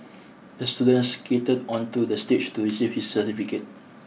the student skated onto the stage to receive his certificate